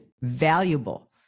valuable